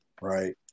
right